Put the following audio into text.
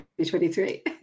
2023